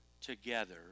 together